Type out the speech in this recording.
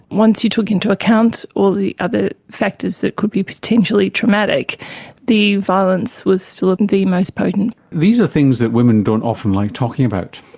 once you took into account all the other factors that could be potentially traumatic the violence was still the most potent. these are things that women don't often like talking about,